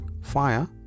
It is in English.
fire